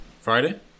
Friday